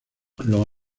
los